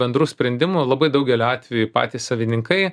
bendrų sprendimų labai daugeliu atvejų patys savininkai